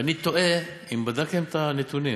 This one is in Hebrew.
תוהה אם בדקתם את הנתונים.